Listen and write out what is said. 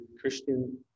Christian